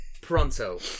pronto